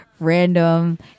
random